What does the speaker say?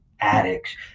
addicts